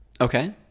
Okay